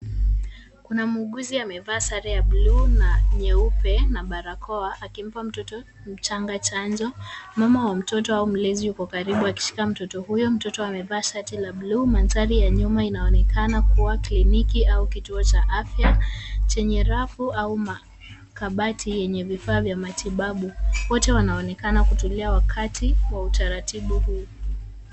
Kuna muuguzi amevaa sare ya bluu na nyeupe na barakoa akimpa mtoto mchanga chanjo. Mama wa mtoto au mlezi yuko karibu akishika mtoto huyo. Mtoto amevaa shati la bluu. Mandhari ya nyuma inaonekana kuwa kliniki au kituo cha afya chenye rafu au makabati yenye vifaa vya matibabu. Wote wanaonekana kutulia wakati wa utaratibu huu.